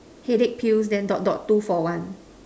headache pills then dot dot two for one